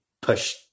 push